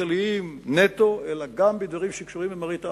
כלכליים נטו אלא גם בדברים שקשורים למראית עין.